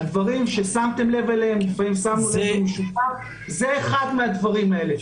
זה אחד מהדברים האלה.